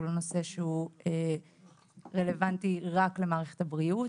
הוא לא נושא שהוא רלוונטי רק למערכת הבריאות.